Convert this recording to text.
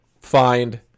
find